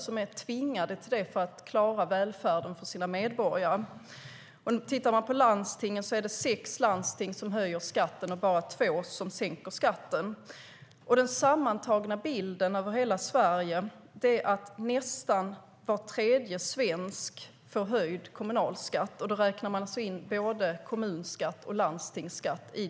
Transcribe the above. De är tvingade till det för att klara välfärden för sina medborgare. Tittar man på landstingen är det sex landsting som höjer skatten och bara två som sänker skatten. Den sammantagna bilden över hela Sverige är att nästan var tredje svensk får höjd kommunalskatt. I den siffran räknar man in både kommunalskatt och landstingsskatt.